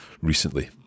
recently